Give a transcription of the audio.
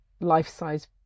life-size